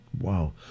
Wow